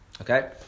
Okay